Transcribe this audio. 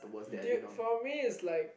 dude for me is like